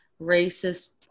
racist